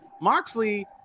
Moxley